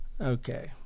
okay